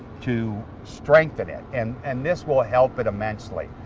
to strengthen it and and this will help it immensely.